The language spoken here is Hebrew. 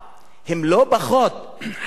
הם לא פחות חזקים,